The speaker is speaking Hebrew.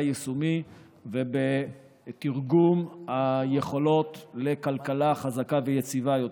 יישומי ובתרגום היכולות לכלכלה חזקה ויציבה יותר.